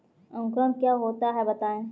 अंकुरण क्या होता है बताएँ?